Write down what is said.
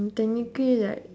mm technically like